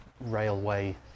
railway